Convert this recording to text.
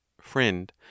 FRIEND